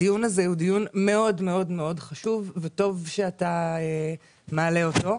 הדיון הזה מאוד חשוב וטוב שאתה מעלה אותו.